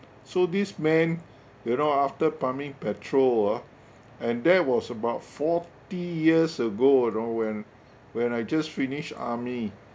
so this man you know after pumping petrol ah and that was about forty years ago you know when when I just finish army